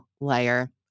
layer